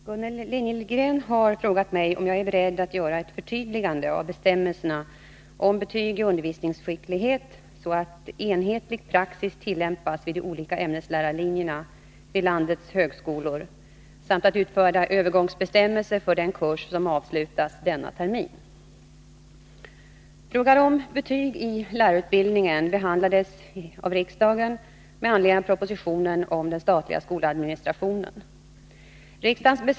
Herr talman! Gunnel Liljegren har frågat mig om jag är beredd att göra ett förtydligande av bestämmelserna om betyg i undervisningsskicklighet, så att enhetlig praxis tillämpas vid de olika ämneslärarlinjerna vid landets högskolor, samt att utfärda övergångsbestämmelser för den kurs som avslutas med denna termin.